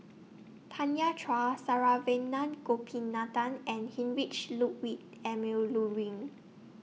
Tanya Chua Saravanan Gopinathan and Heinrich Ludwig Emil Luering